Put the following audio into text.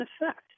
effect